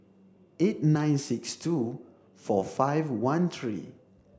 eight nine six two four five one three